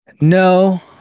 No